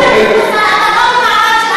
אין גבול,